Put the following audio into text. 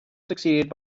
succeeded